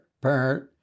parent